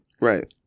Right